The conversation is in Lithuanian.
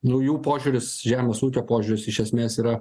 nu jų požiūris žemės ūkio požiūris iš esmės yra